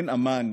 אין אמ"ן,